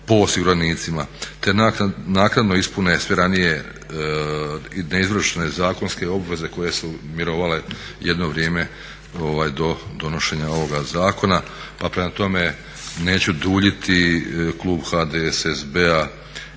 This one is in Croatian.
osiguranicima te naknadno ispune sve ranije neizvršene zakonske obveze koje su mirovale jedno vrijeme do donošenja ovoga zakona. Pa prema tome neću duljiti, klub HDSSB-a